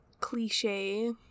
cliche